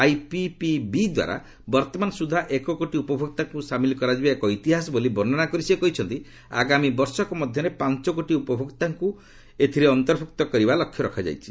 IPPB ଦ୍ୱାରା ବର୍ତ୍ତମାନ ସୁଦ୍ଧା ଏକ କୋଟି ଉପଭୋକ୍ତାଙ୍କୁ ସାମିଲ କରାଯିବା ଏକ ଇତିହାସ ବୋଲି ବର୍ଷନା କରି ସେ କହିଛନ୍ତି ଆଗାମୀ ବର୍ଷକ ମଧ୍ୟରେ ପାଞ୍ଚକୋଟି ଉପଭୋକ୍ତାଙ୍କୁ ଆଇପିପିବିରେ ଅନ୍ତର୍ଭୁକ୍ତ କରିବା ଲକ୍ଷ୍ୟ ରଖାଯାଇଛି